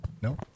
¿no